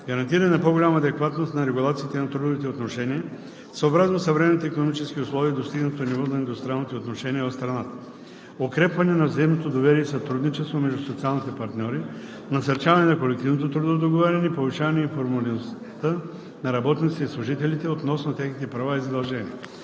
гарантиране на по-голяма адекватност на регулациите на трудовите отношения съобразно съвременните икономически условия и достигнатото ниво на индустриалните отношения в страната; - укрепване на взаимното доверие и сътрудничество между социалните партньори, насърчаване на колективното трудово договаряне и повишаване информираността на работниците и служителите относно техните права и задължения.